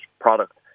product